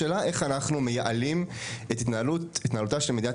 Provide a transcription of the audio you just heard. השאלה איך אנחנו מייעלים את התנהלותה של מדינת